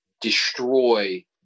destroy